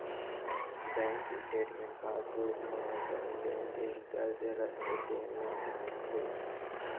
bank statement passbook म जउन लेन देन दर्ज रथे तेने ल मानथे